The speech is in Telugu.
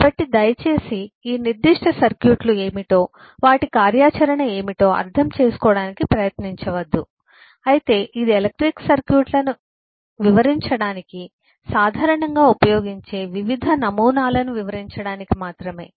కాబట్టి దయచేసి ఈ నిర్దిష్ట సర్క్యూట్లు ఏమిటో వాటి కార్యాచరణ ఏమిటో అర్థం చేసుకోవడానికి ప్రయత్నించవద్దు అయితే ఇది ఎలక్ట్రికల్ సర్క్యూట్లను వివరించడానికి సాధారణంగా ఉపయోగించే వివిధ నమూనాలను వివరించడానికి మాత్రమే